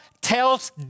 tells